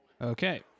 Okay